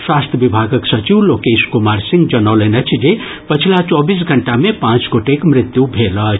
स्वास्थ्य विभागक सचिव लोकेश कुमार सिंह जनौलनि अछि जे पछिला चौबीस घंटा मे पांच गोटेक मृत्यु भेल अछि